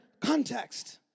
context